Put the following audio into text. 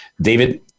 David